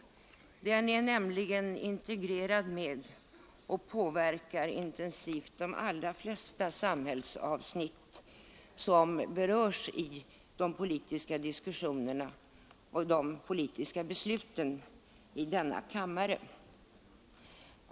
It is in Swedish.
Den är nämligen integrerad med och påverkar de allra flesta samhällsavsnitt som berörs i den politiska diskussionen och de politiska besluten i denna kammare.